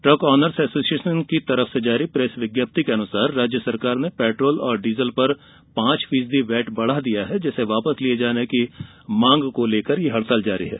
truck owners association की ओर से जारी प्रेस विज्ञप्ति के अनुसार राज्य सरकार ने पेट्रोल डीजल पर पांच फीसदी वैट बढा दिया है जिसे वापस लिये जाने की मांग को लेकर हड़ताल जारी है